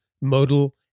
modal